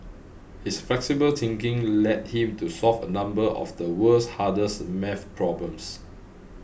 his flexible thinking led him to solve a number of the world's hardest math problems